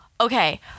okay